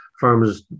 farmers